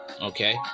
okay